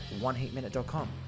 oneheatminute.com